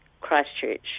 Christchurch